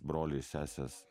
broliai ir sesės